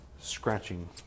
scratching